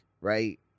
right